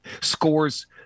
scores